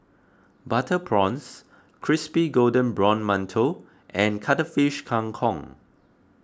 Butter Prawns Crispy Golden Brown Mantou and Cuttlefish Kang Kong